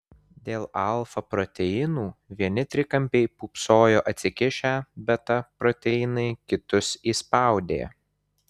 dėl alfa proteinų vieni trikampiai pūpsojo atsikišę beta proteinai kitus įspaudė